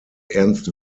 ernst